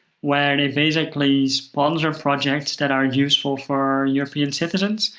where they basically sponsor projects that are useful for european citizens.